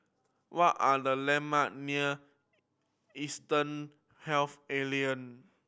what are the landmark near Eastern Health Alliance